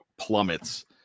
plummets